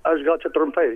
aš gal čia trumpai